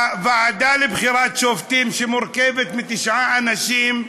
הוועדה לבחירת שופטים, שמורכבת מתשעה אנשים,